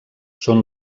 són